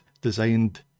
designed